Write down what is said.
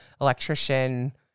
electrician